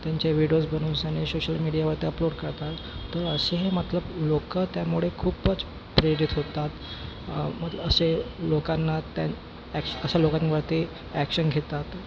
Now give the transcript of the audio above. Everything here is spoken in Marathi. त्यांचे व्हिडोज बनवूनसाने सोशल मीडियावरती अपलोड करतात तर असेही मतलब लोक त्यामुळे खूपच प्रेरित होतात मत असे लोकांना त्या ॲ अशा लोकांवरती ॲक्शन घेतात